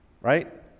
right